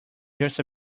just